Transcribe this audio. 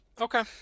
okay